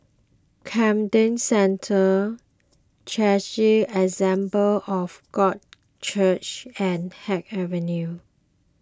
Camden Centre Charis Assemble of God Church and Haig Avenue